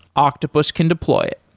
octopus can deploy it.